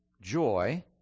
joy